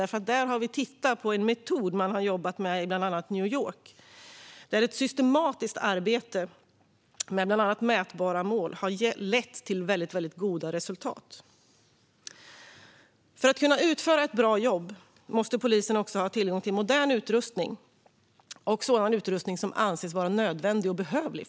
Där har vi tittat på en metod som man har jobbat med i bland annat New York, där ett systematiskt arbete med mätbara mål har lett till väldigt goda resultat. För att kunna utföra ett bra jobb måste polisen också ha tillgång till modern utrustning och sådan utrustning som anses vara nödvändig och behövlig.